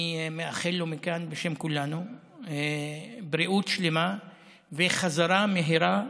אני מאחל לו מכאן בשם כולנו בריאות שלמה וחזרה מהירה